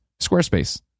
Squarespace